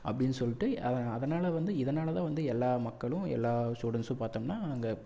அப்படின்னு சொல்லிட்டு அதை அதனால் வந்து இதனால் தான் வந்து எல்லா மக்களும் எல்லா ஸ்டூடண்ட்ஸும் பாத்தோம்னா அங்கே